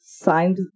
Signed